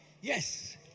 Yes